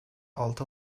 altı